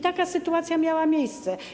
Taka sytuacja miała miejsce.